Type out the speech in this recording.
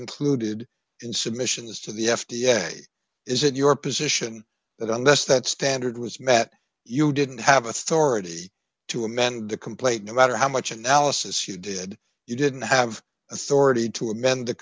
included in submissions to the f d a is it your position that unless that standard was met you didn't have authority to amend the complaint no matter how much analysis you did you didn't have authority to amend the